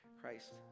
Christ